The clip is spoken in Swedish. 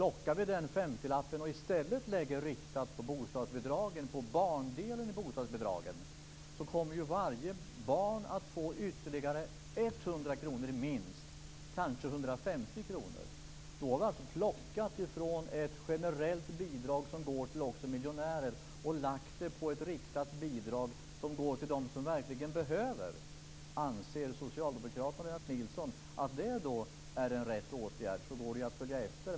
Gör vi det och i stället lägger den 50-lappen på bostadsbidragen, riktat på barndelen, kommer ju varje barn att få ytterligare minst 100 kr, kanske 150 kr. Då har vi alltså plockat från ett generellt bidrag, som också går till miljonärer, och lagt det på ett riktat bidrag, som går till dem som verkligen behöver det. Anser socialdemokraterna och Lennart Nilsson att detta är en riktig åtgärd går det ju att följa efter.